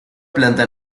planta